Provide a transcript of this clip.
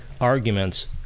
arguments